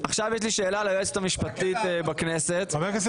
חבר הכנסת